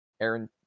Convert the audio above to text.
Aaron